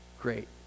great